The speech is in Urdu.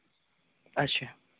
اچھا